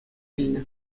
илнӗ